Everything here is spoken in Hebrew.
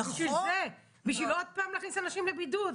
בשביל עוד פעם להכניס אנשים לבידוד?